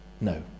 No